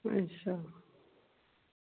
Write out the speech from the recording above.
अच्छा